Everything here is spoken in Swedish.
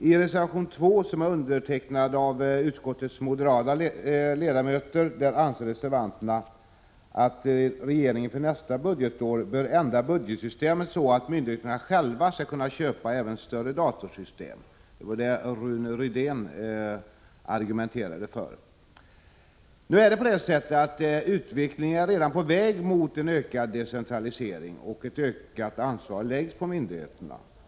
I reservation 2, som har undertecknats av utskottets moderata ledamöter, föreslår reservanterna att regeringen inför nästa budgetår ändrar budgetsystemet, så att myndigheterna själva kan köpa även större datorsystem. Det var detta som Rune Rydén argumenterade för. Nu är vi redan på väg mot en ökad decentralisering. Ett ökat ansvar läggs på myndigheterna.